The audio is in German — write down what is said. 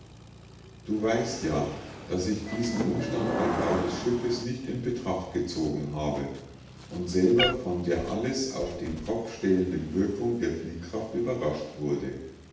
du weißt ja daß ich diesen umstand beim bau des schiffes nicht in betracht gezogen habe und selber von der alles auf den kopf stellenden wirkung der fliehkraft überrascht wurde